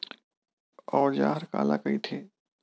औजार काला कइथे?